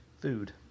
Food